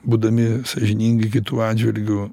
būdami sąžiningi kitų atžvilgiu